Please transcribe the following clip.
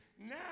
now